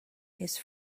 his